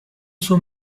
suo